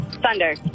Thunder